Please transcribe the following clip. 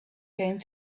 came